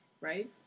right